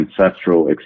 ancestral